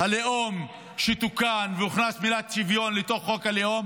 הלאום והכנסת המילה שוויון לחוק הלאום.